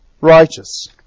righteous